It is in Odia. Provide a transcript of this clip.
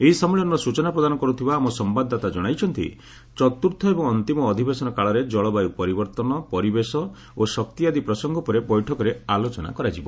ଏହି ସମ୍ମିଳନୀର ସ୍ତଚନା ପ୍ରଦାନ କରୁଥିବା ଆମ ସମ୍ଭାଦଦାତା ଜଣାଇଛନ୍ତି ଚତୁର୍ଥ ଏବଂ ଅନ୍ତିମ ଅଧିବେଶନ କାଳରେ ଜଳବାୟୁ ପରିବର୍ଭନ ପରିବେଶ ଓ ଶକ୍ତି ଆଦି ପ୍ରସଙ୍ଗ ଉପରେ ବୈଠକରେ ଆଲୋଚନା କରାଯିବ